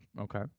Okay